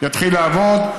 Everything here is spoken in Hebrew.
יתחיל לעבוד.